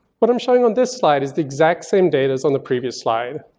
what i'm showing on this slide is the exact same data as on the previous slide.